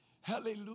hallelujah